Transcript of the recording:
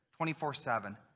24-7